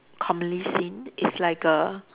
commonly it's like a